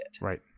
Right